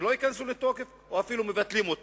שלא ייכנסו לתוקף או אפילו מבטלים אותם.